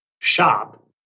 shop